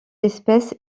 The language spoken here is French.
espèce